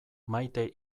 maite